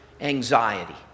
anxiety